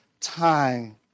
time